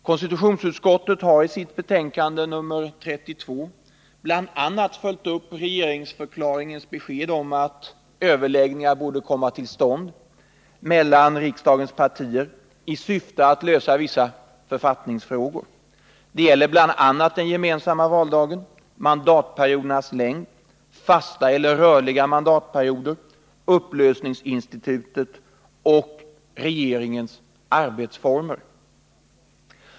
Konstitutionsutskottet har i sitt betänkande nr 32 bl.a. följt upp regeringsförklaringens besked om att överläggningar bör komma till stånd mellan riksdagens partier i syfte att lösa vissa författningsfrågor. Det gäller bl.a. den gemensamma valdagen, mandatperiodernas längd, fasta eller rörliga mandatperioder, upplösningsinstitutet och regeringens arbetsformer.